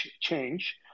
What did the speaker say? change